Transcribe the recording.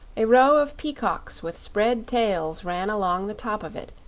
a row of peacocks with spread tails ran along the top of it,